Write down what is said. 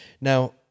now